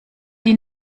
die